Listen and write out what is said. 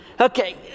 Okay